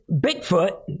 Bigfoot